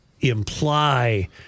imply